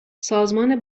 سازمان